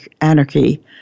anarchy